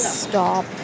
stop